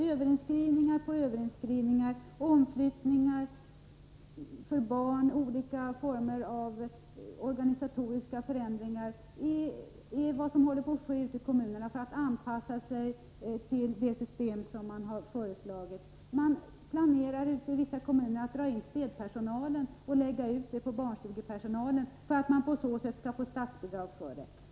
Överinskrivningar på överinskrivningar och omflyttningar för barn, olika former av organisatoriska förändringar är vad som håller på att ske ute i kommunerna, för man måste anpassa sig till det system som föreslagits. Man planerar nu i vissa kommuner att dra in städpersonal och öka barnstugepersonal för att få statsbidrag.